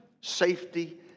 safety